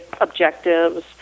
objectives